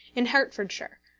in hertfordshire,